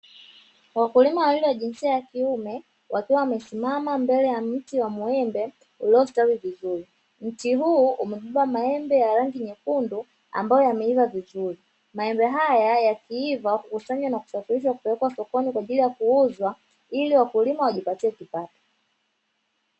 Wakulima wawili wa jinsia ya kiume wakiwa wamesimama mbele ya mti wa muembe uliostawi vizuri. mti huu umebeba maembe ya rangi nyekundu ambayo yameiva vizuri. maembe haya yakiiva hukusanywa na kupelekwa sokoni kwa ajili ya kwenda kuuzwa ili wakulima waweze kujipatia kipato.